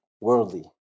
Worldly